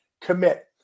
Commit